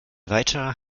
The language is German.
weiterer